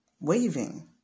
waving